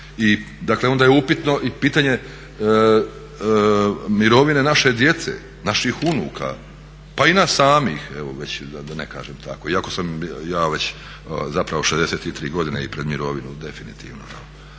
onda je upitno i pitanje mirovine naše djece, naših unuka pa i nas samih evo već da ne kažem tako iako sam ja već zapravo 63 godine i pred mirovinu definitivno.